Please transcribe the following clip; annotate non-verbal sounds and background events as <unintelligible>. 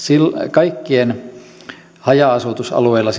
kaikkien haja asutusalueilla <unintelligible>